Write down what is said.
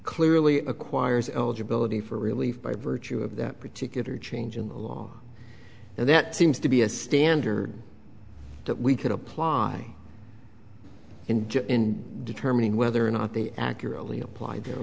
clearly acquires eligibility for relief by virtue of that particular change in the law and that seems to be a standard that we could apply in just in determining whether or not they accurately appl